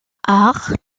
acht